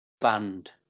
banned